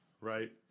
right